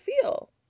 feel